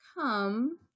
come